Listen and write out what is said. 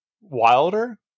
wilder